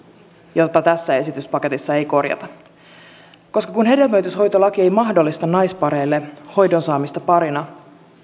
jota tässä esityspaketissa ei korjata kun hedelmöityshoitolaki ei mahdollista naispareille hoidon saamista parina